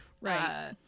Right